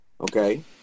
okay